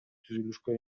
түзүлүшкө